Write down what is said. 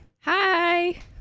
Hi